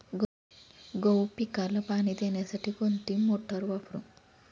गहू पिकाला पाणी देण्यासाठी कोणती मोटार वापरू?